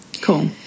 Cool